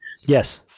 Yes